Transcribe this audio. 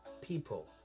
people